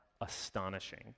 astonishing